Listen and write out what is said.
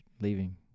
leaving